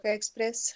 Express